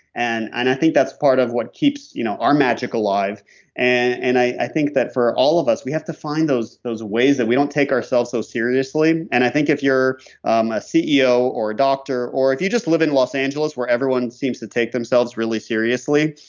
and and i think that's part of what keeps you know our magic alive and i think that for all of us we have to find those those ways that we don't take ourselves so seriously. and i think if you're um a ceo or a doctor, or if you just live in los angeles where everyone seems to take themselves really seriously,